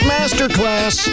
Masterclass